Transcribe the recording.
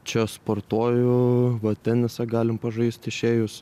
čia sportuoju va tenisą galim pažaist išėjus